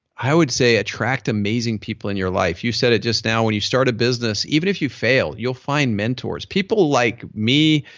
i would say attract amazing people in your life. you said it just now when you start a business, even if you fail, you'll find mentors. people like me,